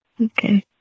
Okay